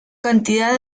cantidad